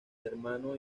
hermano